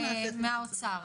תשמעי, מהאוצר.